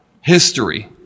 history